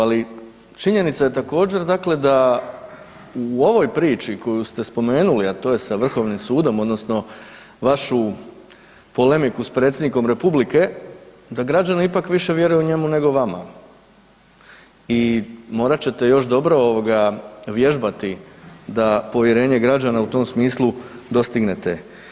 Ali činjenica je također dakle da u ovoj priči koju ste spomenuli, a to je sa vrhovnim sudom odnosno vašu polemiku s predsjednikom republike da građani ipak više vjeruju njemu nego vama i morat ćete još dobro ovoga vježbati da povjerenje građana u tom smislu dostignete.